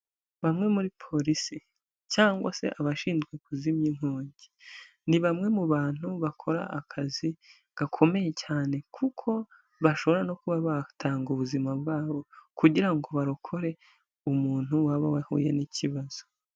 Bamwe muri polisi cyangwa se abashinzwe kuzimya inkongi, ni bamwe mu bantu bakora akazi gakomeye cyane kuko bashobora no kuba batanga ubuzima bwabo, kugira ngo barokore umuntu waba wahuye n'ikibazo.